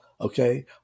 okay